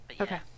Okay